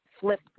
flip